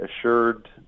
assured